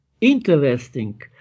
interesting